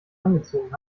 angezogen